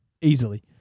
Easily